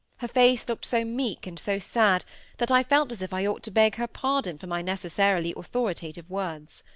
her face looked so meek and so sad that i felt as if i ought to beg her pardon for my necessarily authoritative words.